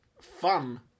fun